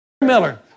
Miller